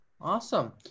Awesome